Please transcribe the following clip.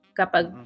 kapag